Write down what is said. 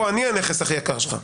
פה, אני הנכס הכי יקר שלך.